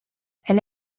elle